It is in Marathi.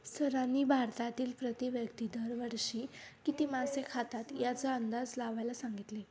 सरांनी भारतातील प्रति व्यक्ती दर वर्षी किती मासे खातात याचा अंदाज लावायला सांगितले?